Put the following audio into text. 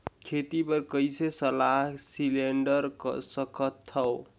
खेती बर कइसे सलाह सिलेंडर सकथन?